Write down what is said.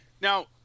Now